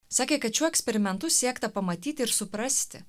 sakė kad šiuo eksperimentu siekta pamatyti ir suprasti